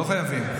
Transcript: לא חייבים.